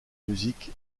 musique